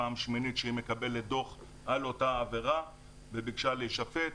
פעם שמינית שהיא מקבלת דוח על אותה עבירה וביקשה להישפט,